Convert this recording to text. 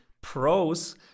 pros